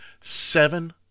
seven